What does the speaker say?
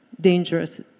Dangerous